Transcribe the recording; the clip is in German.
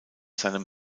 seinem